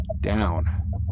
down